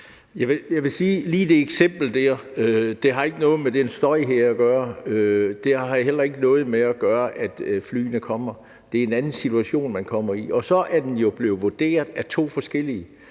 Jeg vil sige, at lige det der eksempel ikke har noget med den støj at gøre. Det har heller ikke noget at gøre med, at flyene kommer. Det er en anden situation, man kommer i. Og så er den jo blevet vurderet af to forskellige.